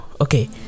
okay